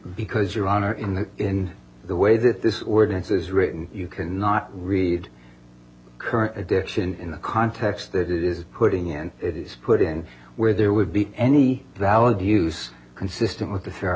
because your honor in the in the way that this ordinance is written you cannot read current edition in the context that it is putting in it is put in where there would be any valid use consistent with the f